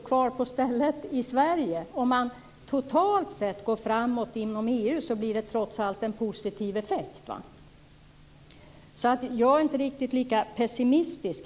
kvar på stället i Sverige. Om man totalt sett går framåt inom EU blir det trots allt en positiv effekt. Jag är alltså inte riktigt lika pessimistisk.